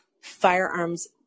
firearms